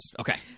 Okay